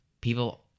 people